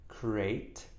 create